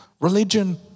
religion